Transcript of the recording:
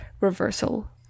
reversal